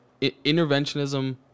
interventionism